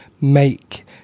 make